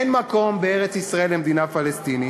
אין מקום בארץ-ישראל למדינה פלסטינית,